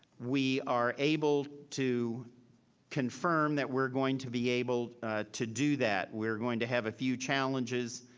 we are able to confirm that we're going to be able to do that. we're going to have a few challenges,